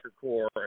core